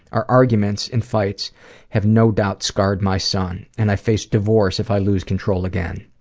our arguments and fights have no doubt scarred my son, and i face divorce if i lose control again.